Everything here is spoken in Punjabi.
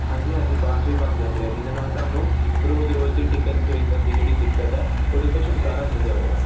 ਹਾਂਜੀ ਹਾਂਜੀ ਪਾਸ ਵੀ ਬਣ ਜਾਂਦੇ ਆ ਜਿਹਦੇ ਨਾਲ ਤੁਹਾਨੂੰ ਰੋਜ਼ ਰੋਜ਼ ਦੀ ਟਿਕਟ ਖਰੀਦਣ ਦੀ ਜਿਹੜੀ ਦਿੱਕਤ ਹੈ ਉਹਦੇ ਤੋਂ ਛੁਟਕਾਰਾ ਮਿਲ ਜਾਵੇਗਾ